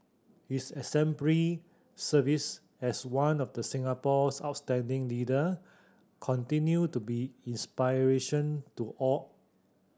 his exemplary service as one of the Singapore's outstanding leader continue to be inspiration to all